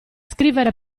scrivere